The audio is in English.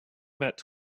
met